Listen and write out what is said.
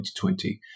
2020